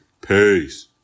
Peace